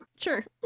Sure